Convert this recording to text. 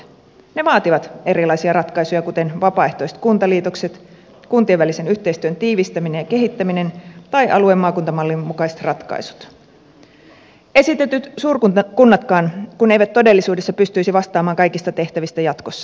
ne vaativat erilaisia ratkaisuja kuten vapaaehtoiset kuntaliitokset kuntien välisen yhteistyön tiivistäminen ja kehittäminen tai alue maakuntamallin mukaiset ratkaisut esitetyt suurkunnatkaan kun eivät todellisuudessa pystyisi vastaamaan kaikista tehtävistä jatkossa